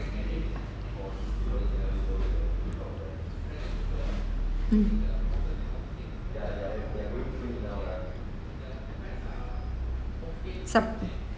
mm sup